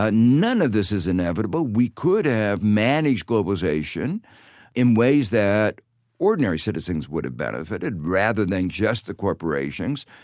ah none of this is inevitable. we could have managed globalization in ways that ordinary citizens would have benefited rather than just the corporations.